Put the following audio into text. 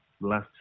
last